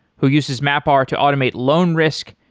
who uses mapr to automate loan risk,